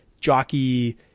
jockey